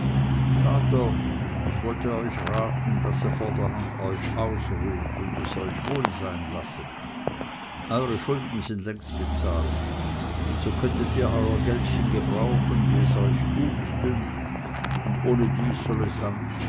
vater ich wollte euch raten daß ihr vorderhand euch ausruhet und es euch wohl sein lasset eure schulden sind längst bezahlt und so könnet ihr euer geldchen gebrauchen wie es euch gutdünkt und ohnedies soll es